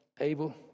Abel